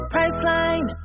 Priceline